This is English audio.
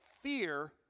fear